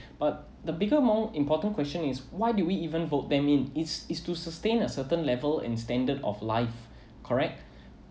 but the bigger more important question is why do we even vote them in is is to sustain a certain level in standard of life correct